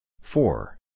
Four